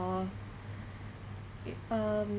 err i~ um